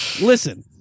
Listen